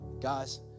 Guys